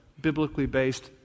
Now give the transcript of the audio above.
biblically-based